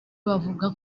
bavuga